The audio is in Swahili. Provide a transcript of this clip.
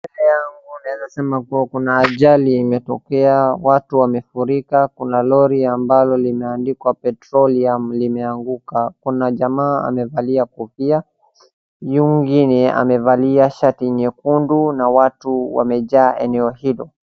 Mbele yagu naeza sema kuwa kuna ajali imetokea, watu wamefurika kuna lori ambalo limeandikwa petroleum limeanguka. Kuna jamaa amevalia kofia, huyu mwingine amevalia shati nyekundu na watu wamejaa eneo hilo.